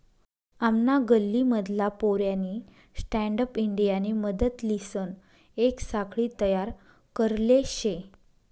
आमना गल्ली मधला पोऱ्यानी स्टँडअप इंडियानी मदतलीसन येक साखळी तयार करले शे